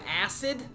acid